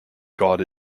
god